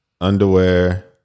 underwear